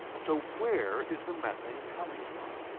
so where is the methane coming from?